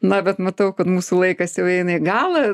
na bet matau kad mūsų laikas jau eina į galą